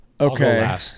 Okay